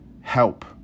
help